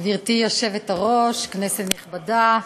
גברתי היושבת-ראש, כנסת נכבדה,